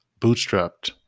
bootstrapped